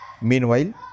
Meanwhile